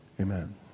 Amen